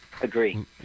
agree